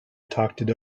talked